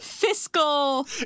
Fiscal